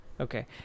okay